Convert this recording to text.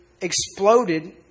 exploded